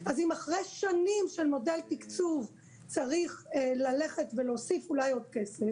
אז אם אחרי שנים של מודל תקצוב צריך ללכת ולהוסיף אולי עוד כסף,